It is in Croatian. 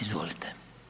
Izvolite.